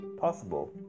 possible